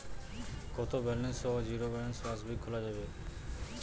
কত ব্যালেন্স সহ zero balance পাসবই খোলা যাবে?